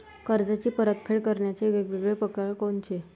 कर्जाची परतफेड करण्याचे वेगवेगळ परकार कोनचे?